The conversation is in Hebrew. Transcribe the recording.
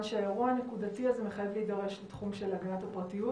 שהאירוע הנקודתי הזה מחייב להידרש לתחום של הגנת הפרטיות